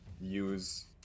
use